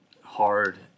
hard